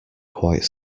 quite